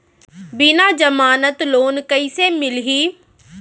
बिना जमानत लोन कइसे मिलही?